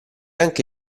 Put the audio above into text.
anche